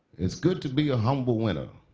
it's good to be a humble winner.